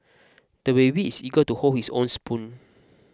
the baby is eager to hold his own spoon